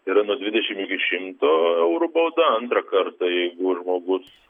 yra nuo dvidešim iki šimto eurų bauda antrą kartą jeigu žmogus